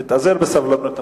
תתאזר בסבלנות,